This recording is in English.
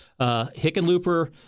Hickenlooper